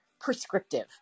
prescriptive